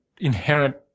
inherent